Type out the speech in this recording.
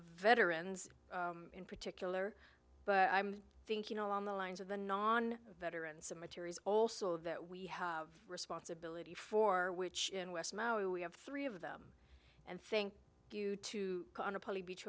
veterans in particular but i'm thinking along the lines of the non veteran cemeteries also that we have responsibility for which in west maui we have three of them and think you to